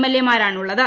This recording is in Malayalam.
എൽ എമാരാണുളഅളത്